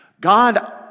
God